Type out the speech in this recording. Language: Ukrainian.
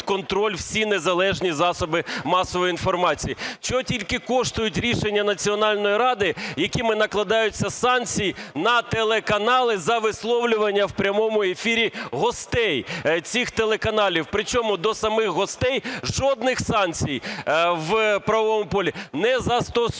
контроль всі незалежні засоби масової інформації. Чого тільки коштують рішення Національної ради, якими накладаються санкції на телеканали за висловлювання в прямому ефірі гостей цих телеканалів, причому до самих гостей жодних санкцій в правовому полі не застосовуються.